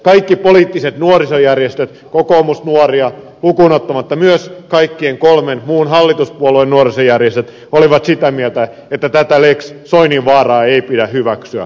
kaikki poliittiset nuorisojärjestöt kokoomusnuoria lukuun ottamatta myös kaikkien kolmen muun hallituspuolueen nuorisojärjestöt olivat sitä mieltä että tätä lex soininvaaraa ei pidä hyväksyä